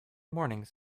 mornings